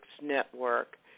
network